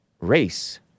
race